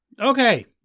Okay